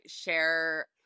share